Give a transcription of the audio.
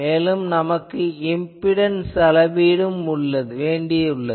மேலும் நமக்கு இம்பிடன்ஸ் அளவீடு வேண்டியுள்ளது